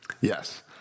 Yes